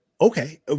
okay